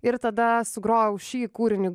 ir tada sugrojau šį kūrinį